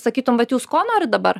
sakytum vat jūs ko norit dabar